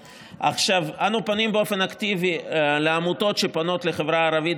אנו פונים באופן אקטיבי לעמותות שפונות לחברה הערבית